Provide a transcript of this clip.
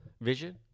Vision